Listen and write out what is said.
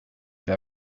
have